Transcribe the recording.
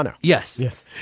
Yes